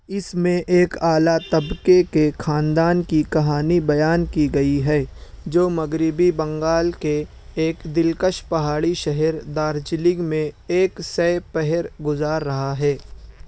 اس میں ایک اعلیٰ طبقے کے خاندان کی کہانی بیان کی گئی ہے جو مغربی بنگال کے ایک دلکش پہاڑی شہر دارجلنگ میں ایک سہ پہر گزار رہا ہے